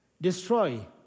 destroy